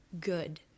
good